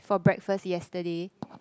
for breakfast yesterday